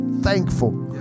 thankful